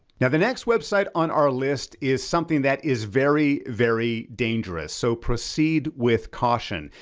now, the next website on our list is something that is very, very dangerous. so proceed with caution.